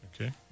Okay